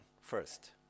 first